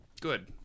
Good